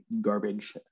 garbage